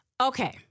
Okay